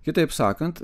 kitaip sakant